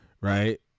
right